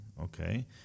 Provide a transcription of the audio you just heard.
okay